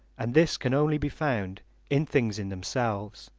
and this can only be found in things in themselves.